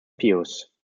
pius